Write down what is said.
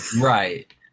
Right